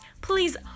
please